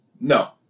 No